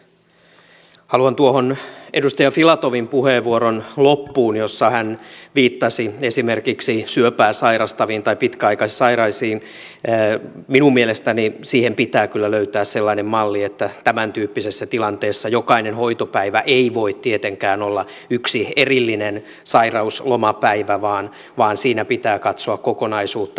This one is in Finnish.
haluan sanoa tuohon edustaja filatovin puheenvuoron loppuun jossa hän viittasi esimerkiksi syöpää sairastaviin tai pitkäaikaissairaisiin että minun mielestäni siihen pitää kyllä löytää sellainen malli että tämäntyyppisessä tilanteessa jokainen hoitopäivä ei voi tietenkään olla yksi erillinen sairauslomapäivä vaan siinä pitää katsoa kokonaisuutta